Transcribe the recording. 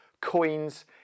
Coins